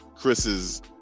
Chris's